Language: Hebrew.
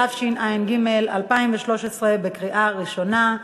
התשע"ג 2013, בקריאה ראשונה.